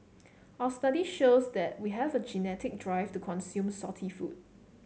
our study shows that we have a genetic drive to consume salty food